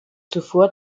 zuvor